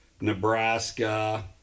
Nebraska